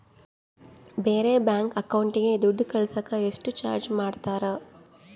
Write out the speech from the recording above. ಬೇರೆ ಬ್ಯಾಂಕ್ ಅಕೌಂಟಿಗೆ ದುಡ್ಡು ಕಳಸಾಕ ಎಷ್ಟು ಚಾರ್ಜ್ ಮಾಡತಾರ?